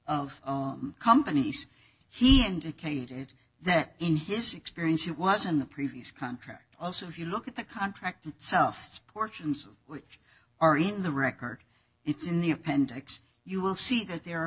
of companies he indicated that in his experience it wasn't a previous contract also if you look at the contract itself portions of which are in the record it's in the appendix you will see that there are